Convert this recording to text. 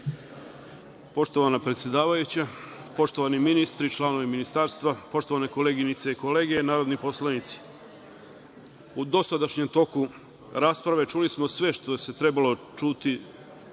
Hvala. Poštovana predsedavajuća, poštovani ministri, članovi Ministarstva, poštovane koleginice i kolege narodni poslanici, u dosadašnjem toku rasprave čuli smo sve što se trebalo čuti,